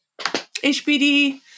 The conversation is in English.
HBD